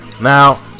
now